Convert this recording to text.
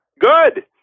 Good